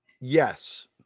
Yes